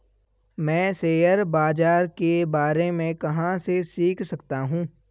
मैं शेयर बाज़ार के बारे में कहाँ से सीख सकता हूँ?